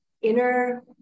inner